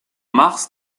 mars